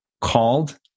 called